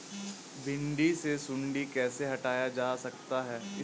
भिंडी से सुंडी कैसे हटाया जा सकता है?